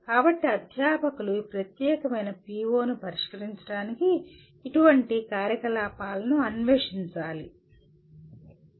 కాబట్టి అధ్యాపకులు ఈ ప్రత్యేకమైన పిఒను పరిష్కరించడానికి ఇటువంటి కార్యకలాపాలను అన్వేషించాలి